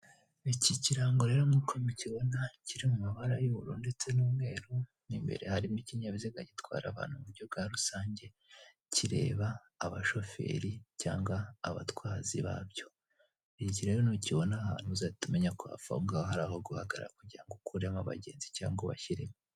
Iki kirango rero nk'uko mukibona kiri mumabara y'ubururu n'umweru, imbere harimo ikinyabiziga gitwara abantu muburyo bwa rusange, kireba abashoferi cyangwa abatwazi babyo. Iki rero nukibona ahantu uzahite umenya ko hafi aho ngaho hari aho guhagarara kugira ngo ukuremo abagenzi cyangwa ubashyiremo.